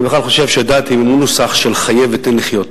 אני בכלל חושב שדת היא נוסח של חיה ותן לחיות,